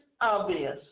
obvious